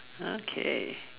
okay